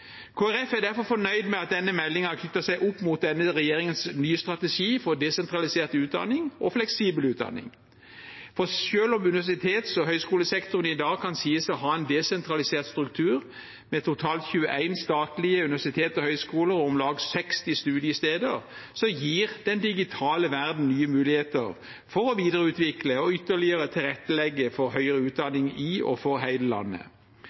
er derfor fornøyd med at denne meldingen knytter seg opp mot regjeringens nye strategi for desentralisert utdanning og fleksibel utdanning. For selv om universitets- og høyskolesektoren i dag kan sies å ha en desentralisert struktur, med totalt 21 statlige universiteter og høyskoler og om lag 60 studiesteder, gir den digitale verdenen nye muligheter for å videreutvikle og ytterligere tilrettelegge for høyere utdanning i og for hele landet.